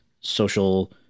social